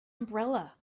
umbrella